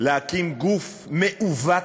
להקים גוף מעוות,